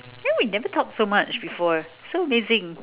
hey we never talk so much before so amazing